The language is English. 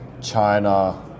China